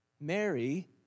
Mary